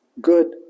good